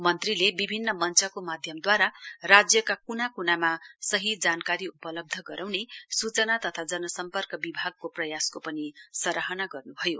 मन्त्रीले विभिन्न मंचको माध्यमद्वारा राज्यका कुना कुनामा सहि जानकारी उपलब्ध गराउने ल्चना तथा जन सम्पर्क विभागको प्रयासको पनि सहाराना गर्न् भयो